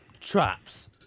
traps